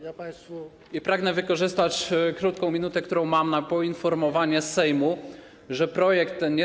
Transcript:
Ja państwu... ...i pragnę wykorzystać krótką minutę, którą mam, na poinformowanie Sejmu, że projekt ten... 2 minuty.